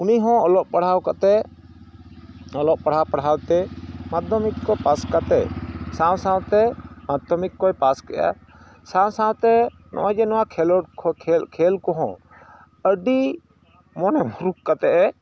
ᱩᱱᱤᱦᱚᱸ ᱚᱞᱚᱜ ᱯᱟᱲᱦᱟᱣ ᱠᱟᱛᱮ ᱚᱞᱚᱜ ᱯᱟᱲᱦᱟᱣ ᱯᱟᱲᱦᱟᱣᱛᱮ ᱢᱟᱫᱽᱫᱷᱚᱢᱤᱠ ᱠᱚ ᱯᱟᱥ ᱠᱟᱛᱮ ᱥᱟᱶ ᱥᱟᱶᱛᱮ ᱢᱟᱫᱽᱫᱷᱚᱢᱤᱠ ᱠᱚ ᱯᱟᱥᱠᱮᱜᱼᱟ ᱥᱟᱶ ᱥᱟᱶᱛᱮ ᱱᱚᱜᱼᱚᱸᱭ ᱡᱮ ᱱᱚᱣᱟ ᱠᱷᱮᱞᱚᱰᱠᱚ ᱠᱷᱮᱞ ᱠᱚᱦᱚᱸ ᱟᱹᱰᱤ ᱢᱚᱱᱮ ᱢᱩᱨᱩᱠ ᱠᱟᱛᱮ ᱮ